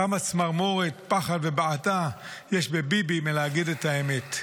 כמה צמרמורת, פחד ובעתה יש לביבי בלהגיד את האמת.